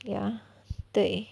ya 对